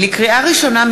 לקריאה ראשונה,